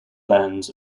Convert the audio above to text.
lands